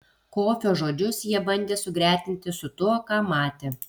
kofio žodžius jie bandė sugretinti su tuo ką matė